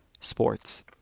sports